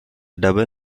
double